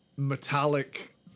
metallic